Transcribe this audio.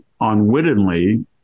unwittingly